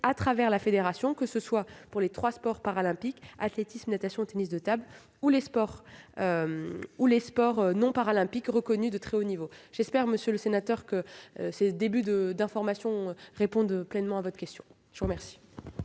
au travers de la Fédération, que ce soit pour les trois sports paralympiques- athlétisme, natation, tennis de table -ou pour les sports non paralympiques reconnus de très haut niveau. J'espère, monsieur le sénateur, que ces éléments d'information ont pleinement répondu à votre question. La parole